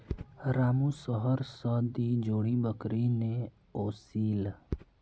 रामू शहर स दी जोड़ी बकरी ने ओसील